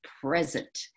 present